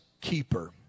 keeper